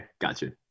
gotcha